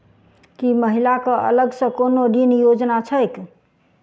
की महिला कऽ अलग सँ कोनो ऋण योजना छैक?